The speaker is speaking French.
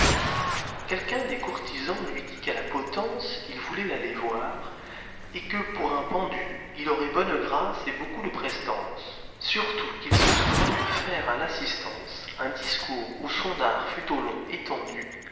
un des courtisans lui dit qu'à la potence il voulait l'aller voir et que pour un pendu il aurait bonne grâce et beaucoup de prestance sur tout qu'il se souvînt de faire à l'assistance un discours où sou art fût au long étendu